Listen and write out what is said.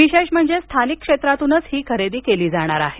विशेष म्हणजे स्थानिक क्षेत्रातूनच ही खरेदी केली जाणार आहे